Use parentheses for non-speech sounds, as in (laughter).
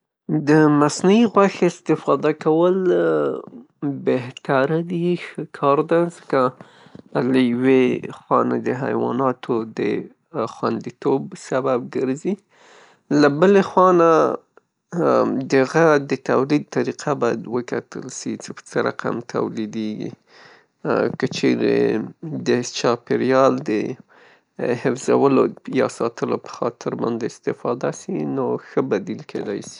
د مصنوعي غوښې استفاده کول بهتره دي، (hesitation) ښه کار ده ، ځکه له یوېخوانه د حیواناتو د خوندیتوب سبب ګرځي له بلې خوانه د هغه د تولید طریقه باید وکتل سي، څې په څه رقم تولیدیږي. که چیرې د چاپیریال د حفظولو یا ساتلو په خاطر باندې استفاده سي نو ښه بدیل کیدای سي.